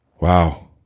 wow